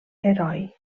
heroi